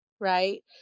right